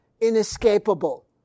inescapable